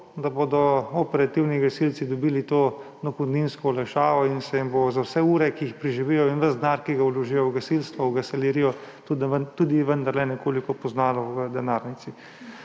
bodo operativni gasilci dobili to dohodninsko olajšavo in se jim bo za vse ure, ki jih preživijo, in ves denar, ki ga vložijo v gasilstvo, v gasilerijo, vendarle tudi nekoliko poznalo v denarnici.